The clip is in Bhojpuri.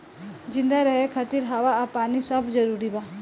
जिंदा रहे खातिर हवा आ पानी सब जरूरी बा